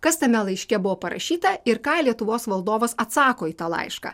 kas tame laiške buvo parašyta ir ką lietuvos valdovas atsako į tą laišką